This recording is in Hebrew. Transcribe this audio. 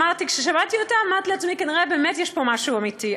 כששמעתי אותה אמרתי לעצמי: כנראה באמת יש פה משהו אמיתי.